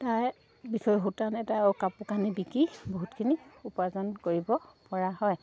তাৰে বিষয়ে সূতান এটা কাপোৰ কানি বিকি বহুতখিনি উপাৰ্জন কৰিব পৰা হয়